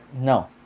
no